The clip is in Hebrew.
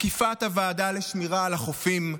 עקיפת הוועדה לשמירה על החופים,